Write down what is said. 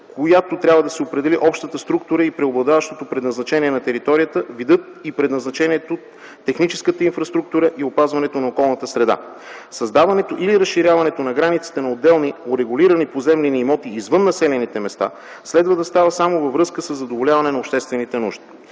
която трябва да се определи общата структура и преобладаващото предназначение на територията, видът и предназначението, техническата инфраструктура и опазването на околната среда. Създаването или разширяването на границите на отделни урегулирани поземлени имоти извън населените места следва да става само във връзка със задоволяване на обществените нужди.